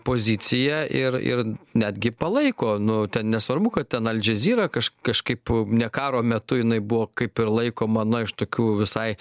poziciją ir ir netgi palaiko nu ten nesvarbu kad ten al džezira kaž kažkaip ne karo metu jinai buvo kaip ir laikoma na iš tokių visai